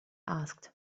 asked